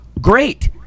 great –